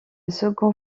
second